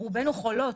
ורובנו חולות.